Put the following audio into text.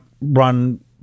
run